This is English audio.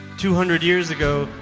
two hundred years ago,